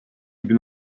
bin